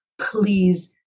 please